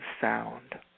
sound